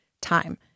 time